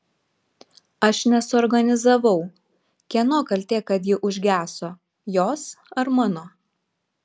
aš nesuorganizavau kieno kaltė kad ji užgeso jos ar mano